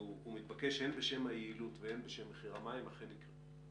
והוא מתבקש הן בשם היעילות והן בשם מחיר המים אכן יקרה?